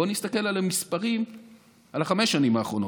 בואו נסתכל על המספרים בחמש השנים האחרונות: